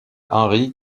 henri